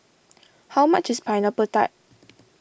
how much is Pineapple Tart